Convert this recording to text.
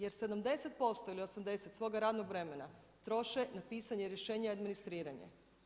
Jer 70% ili 80 svoga radnog vremena, troše na pisanje rješenja i administriranje.